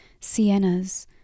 siennas